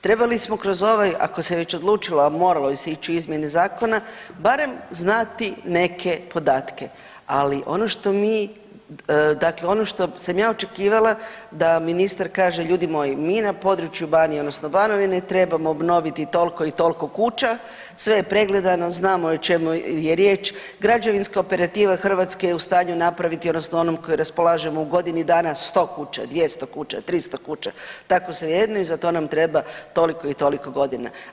Trebali smo kroz ovaj, ako se već odlučilo, a moralo se ići u izmjene zakona, barem znati neke podatke, ali ono što mi, dakle ono što sam ja očekivala da ministar kaže, ljudi moji, mi na području Banije odnosno Banovine trebamo obnoviti toliko i toliko kuća, sve je pregledano, znamo o čemu je riječ, građevinska operativa Hrvatske je u stanju napraviti odnosno onom koji raspolažemo u godini dana 100 kuća, 200 kuća, 300 kuća, tako svejedno i za to nam treba toliko i toliko godina.